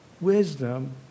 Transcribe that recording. wisdom